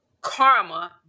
karma